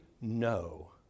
no